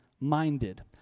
minded